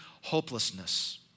hopelessness